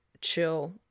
chill